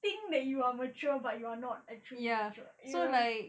think that you are mature but you are not actually mature you know